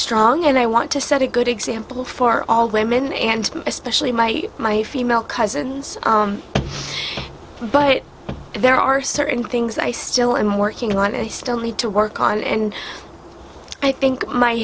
strong and i want to set a good example for all women and especially my my female cousins but there are certain things i still am working on i still need to work on and i think my